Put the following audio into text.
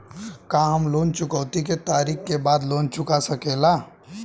का हम लोन चुकौती के तारीख के बाद लोन चूका सकेला?